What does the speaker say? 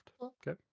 Okay